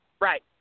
Right